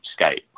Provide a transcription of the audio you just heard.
Skype